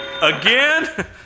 Again